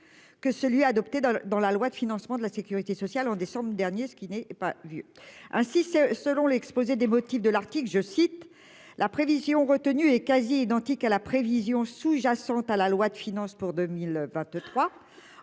que celui adopté dans dans la loi de financement de la Sécurité sociale. En décembre dernier, ce qui n'est pas vieux hein si c'est. Selon l'exposé des motifs de l'Arctique je cite la prévision retenue est quasi identique à la prévision sous-jacente à la loi de finances pour 2023.